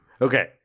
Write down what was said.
Okay